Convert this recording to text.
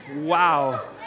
Wow